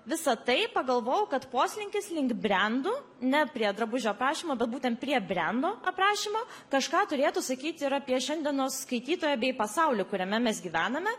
visa tai pagalvojau kad poslinkis link brendų ne prie drabužio aprašymo bet būtent prie brendo aprašymo kažką turėtų sakyti ir apie šiandienos skaitytoją bei pasaulį kuriame mes gyvename